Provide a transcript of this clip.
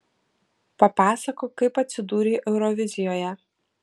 papasakok kaip atsidūrei eurovizijoje